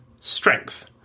strength